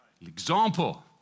Example